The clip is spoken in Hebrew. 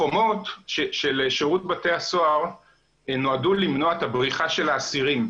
החומות של שירות בתי הסוהר נועדו למנוע את הבריחה של האסירים,